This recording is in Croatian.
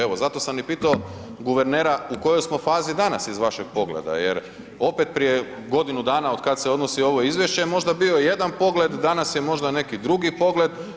Evo zato sam i pitao guvernera u kojoj smo fazi danas iz vašeg pogleda jer opet prije godinu dana otkad se odnosi ovo izvješće je možda bio jedan pogled, danas je možda neki drugi pogled.